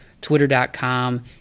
twitter.com